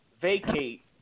vacate